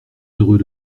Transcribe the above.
heureux